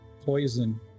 poison